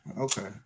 Okay